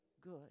good